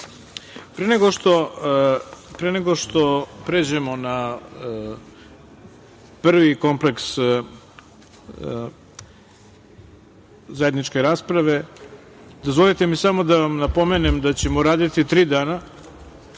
nego što pređemo na prvi kompleks zajedničke rasprave, dozvolite mi samo da vam napomenem da ćemo raditi tri dana.